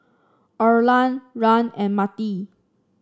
Orland Rand and Mettie